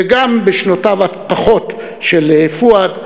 וגם בשנותיו הפחותות של פואד,